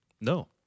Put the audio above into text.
No